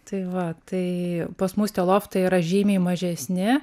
tai va tai pas mus tie loftai yra žymiai mažesni